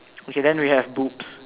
okay then we have boobs